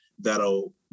that'll